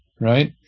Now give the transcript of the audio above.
Right